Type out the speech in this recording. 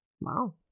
Wow